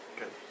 good